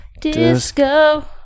Disco